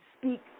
speak